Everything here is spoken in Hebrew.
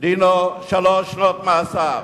דינו שלוש שנות מאסר.